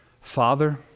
Father